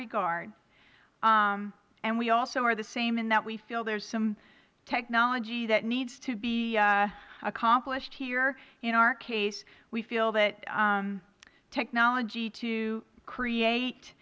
regard and we also are the same in that we feel there is some technology that needs to be accomplished here in our case we feel that technology to create